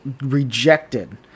rejected